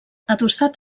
adossat